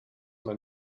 mal